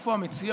איפה המציע?